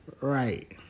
Right